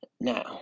Now